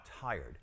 tired